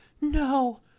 No